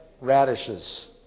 radishes